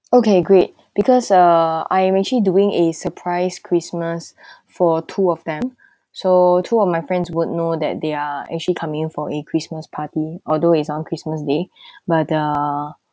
okay great because uh I am actually doing a surprise christmas for two of them so two of my friends won't know that they are actually coming for a christmas party although it's on christmas day by the